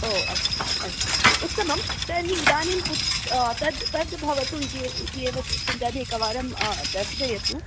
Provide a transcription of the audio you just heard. ओ अस्तु अस्तु उत्तमं तर्हि इदानीं तत् तत् भवतु इति एव तत् एकवारं दर्शयतु